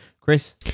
Chris